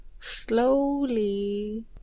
slowly